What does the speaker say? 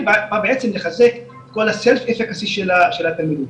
בעצם לחזק את כל ה --- של התלמידים.